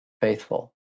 faithful